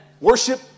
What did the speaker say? Worship